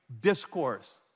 discourse